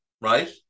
right